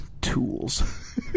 tools